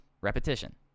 repetition